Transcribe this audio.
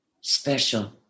special